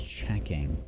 checking